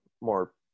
more